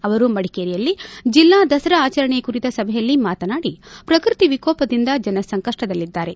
ಅವರು ಮಡಿಕೇರಿಯಲ್ಲಿ ಜಿಲ್ಲಾ ದಸರಾ ಆಚರಣೆ ಕುರಿತ ಸಭೆಯಲ್ಲಿ ಮಾತನಾಡಿ ಪ್ರಕೃತಿ ವಿಕೋಪದಿಂದ ಜನ ಸಂಕಷ್ಷದಲ್ಲಿದ್ದಾರೆ